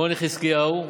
רוני חזקיהו,